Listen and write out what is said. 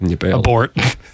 Abort